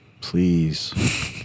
Please